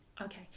okay